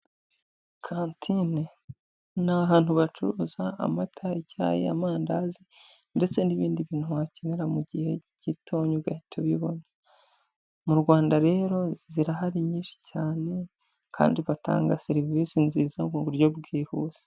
Kantine, ni ahantu bacuruza amata, icyayi, amandazi ndetse n'ibindi bintu wakenera mu gihe gitoya ugahita ubibona. Mu Rwanda rero zirahari nyinshi cyane kandi batanga serivisi nziza mu buryo bwihuse.